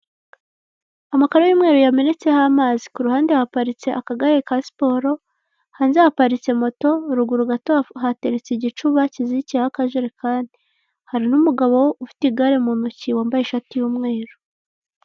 Amakaro y'umweru yamenetseho amazi, ku ruhande haparitse akagare ka siporo, hanze haparitse moto, ruguru gato hateretse igicuba kizirikiyeho akajerekani, hari n'umugabo ufite igare mu ntoki wambaye ishati y'umweru.